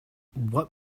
what